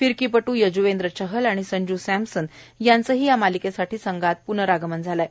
फिरकीपटू यजुवेन्द्र चहल आणि संजू सॅमसन यांचं या मालिकेसाठी संघात प्नरागमन झालं आहे